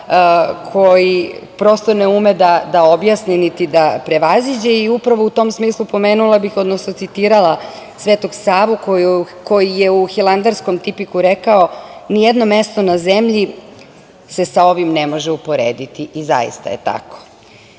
koji prosto ne ume da objasni niti da prevaziđe i upravo u tom smislu pomenula bih, odnosno citirala Svetog Savu koji je u Hilandarskom tipiku rekao – nijedno mesto na zemlji se sa ovim ne može uporediti i zaista je tako. Sve